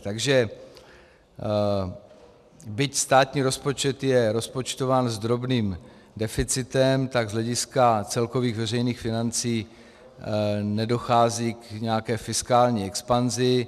Takže byť státní rozpočet je rozpočtován s drobným deficitem, tak z hlediska celkových veřejných financí nedochází k nějaké fiskální expanzi.